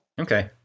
Okay